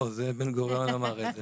לא, בן גוריון אמר את זה.